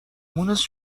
مونس